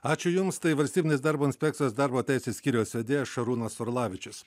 ačiū jums tai valstybinės darbo inspekcijos darbo teisės skyriaus vedėjas šarūnas arlavičius